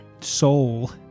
soul